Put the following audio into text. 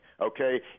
okay